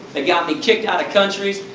that got me kicked out of countries,